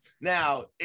now